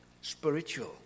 spiritual